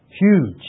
Huge